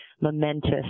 momentous